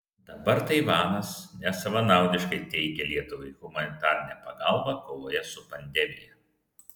dabar taivanas nesavanaudiškai teikia lietuvai humanitarinę pagalbą kovoje su pandemija